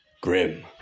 Grim